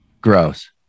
Gross